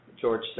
George